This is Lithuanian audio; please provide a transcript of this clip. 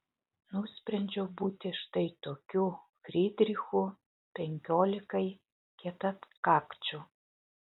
nusprendžiau būti štai tokiu frydrichu penkiolikai kietakakčių